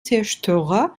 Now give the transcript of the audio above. zerstörer